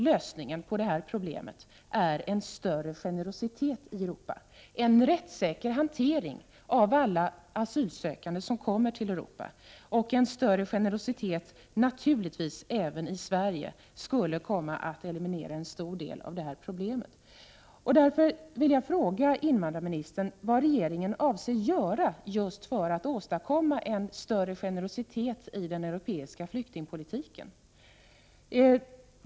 Lösningen på detta problem är självfallet en större generositet i Europa, en rättssäker hantering av alla asylsökande som kommer till länder i Europa och naturligtvis en större generositet även i Sverige. Det skulle eliminera en stor del av detta problem. Jag vill därför fråga invandrarministern vad regeringen avser att göra just för att åstadkomma en större generositet i den europeiska flyktingpolitiken.